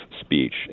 speech